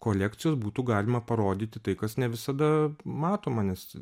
kolekcijos būtų galima parodyti tai kas ne visada matoma nes